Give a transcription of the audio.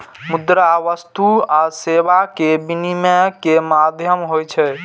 मुद्रा वस्तु आ सेवा के विनिमय के माध्यम होइ छै